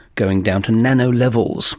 going down to nano levels